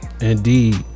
indeed